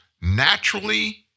naturally